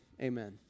amen